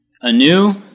anew